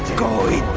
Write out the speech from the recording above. going